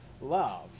love